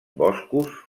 boscos